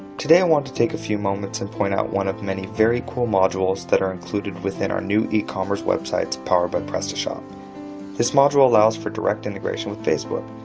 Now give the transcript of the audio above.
today i want to take a few moments and point out one of many very cool modules that are included within our new ecommerce website powered by prestashop this module allows for direct integration with facebook.